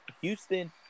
Houston